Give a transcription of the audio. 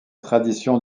traditions